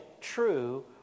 true